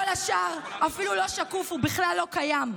כל השאר אפילו לא שקוף, הוא בכלל לא קיים.